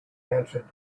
answered